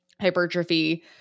hypertrophy